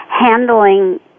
handling